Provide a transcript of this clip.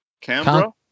Canberra